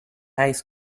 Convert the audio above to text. ice